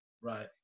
Right